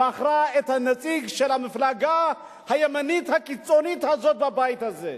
בחרה את הנציג של המפלגה הימנית הקיצונית הזאת בבית הזה.